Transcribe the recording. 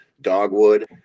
dogwood